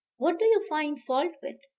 what do you find fault with?